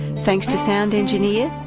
thanks to sound engineer,